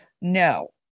No